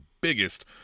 biggest